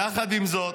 יחד עם זאת,